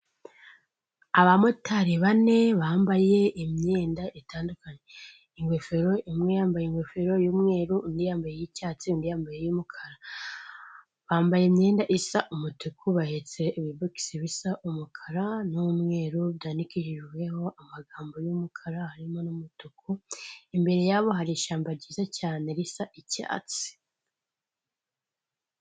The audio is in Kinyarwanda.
Abamotari bane bambaye imyenda i ingofero imwe yambaye ingofero y'umweru undi yambaye yicyatsi yambaye'umukara bambaye imyenda isa umutuku bahetse ibibuki bisa umukara n'umweru byananikijevuyeho amagambo y'umukara harimo n'umutuku imbere yabo hari ishyamba ryiza cyane risa icyatsi.